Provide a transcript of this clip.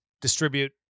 distribute